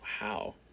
Wow